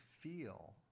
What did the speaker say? feel